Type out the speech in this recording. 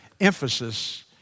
emphasis